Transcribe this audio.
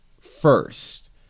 first